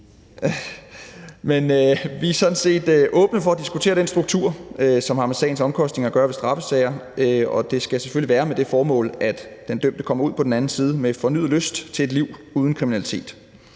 Men vi er sådan set åbne over for at diskutere den struktur, som har med sagsomkostningerne i straffesager at gøre, og det skal selvfølgelig være med det formål, at den dømte kommer ud på den anden side med fornyet lyst til et liv uden kriminalitet.